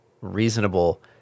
reasonable